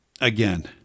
again